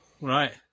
Right